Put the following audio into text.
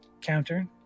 counter